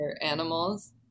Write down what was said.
animals